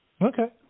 Okay